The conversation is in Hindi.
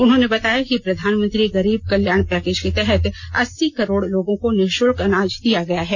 उन्होंने बताया कि प्रधानमंत्री गरीब कल्याण पैकेज के तहत अस्सी करोड लोगों को निःशुल्क अनाज दिया गया है